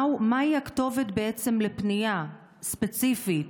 מהי הכתובת בעצם לפניה ספציפית,